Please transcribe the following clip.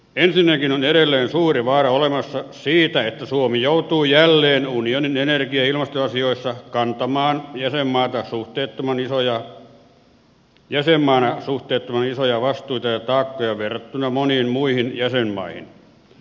ensinnäkin on edelleen suuri vaara olemassa siitä että suomi joutuu jälleen unionin energia ja ilmastoasioissa kantamaan jäsenmaana suhteettoman isoja vastuita ja taakkoja verrattuna moniin muihin jäsenmaihin